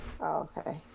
Okay